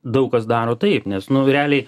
daug kas daro taip nes nu realiai